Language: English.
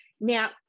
Now